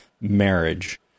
marriage